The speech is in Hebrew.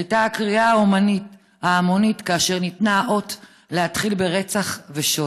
הייתה הקריאה ההמונית כאשר ניתן האות להתחיל ברצח ושוד.